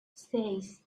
seis